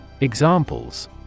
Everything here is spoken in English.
Examples